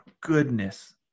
goodness